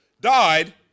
died